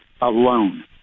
alone